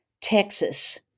Texas